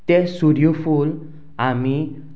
तें सुर्यफूल आमी